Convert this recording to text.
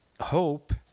Hope